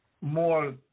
more